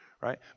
right